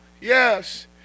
yes